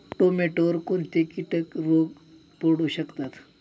टोमॅटोवर कोणते किटक रोग पडू शकतात?